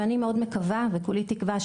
ואני מאוד מקווה וכולי תקווה,